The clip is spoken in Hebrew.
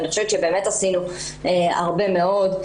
ואני חושבת שבאמת עשינו הרבה מאוד,